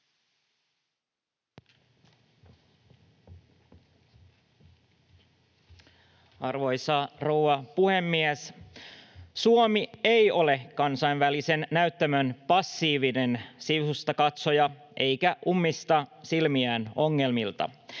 Arvoisa rouva puhemies! Suomi ei ole kansainvälisen näyttämön passiivinen sivustakatsoja eikä ummista silmiään ongelmilta.